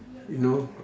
you know